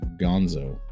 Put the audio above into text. Gonzo